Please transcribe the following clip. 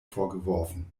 vorgeworfen